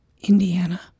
Indiana